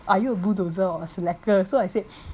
are you a bulldozer or slacker so I said